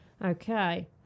Okay